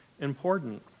important